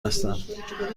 هستند